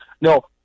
No